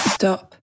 stop